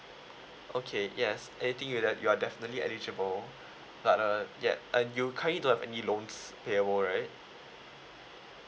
okay yes anything you're th~ you are definitely eligible but uh ya uh you currently don't have any loans payable right